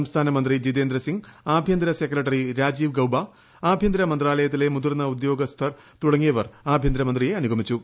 സംസ്ഥാന മന്ത്രി ജിതേന്ദ്ര സിംഗ് ആഭ്യന്തര സെക്രട്ടറി രാജീവ് ഗൌബ ആഭ്യന്തര മന്ത്രാലയത്തിലെ മുതിർന്ന ഉദ്യോഗസ്ഥർ തുടങ്ങിയവർ ആഭ്യന്തര മന്ത്രിയെ അനുഗമിച്ചു